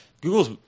Google's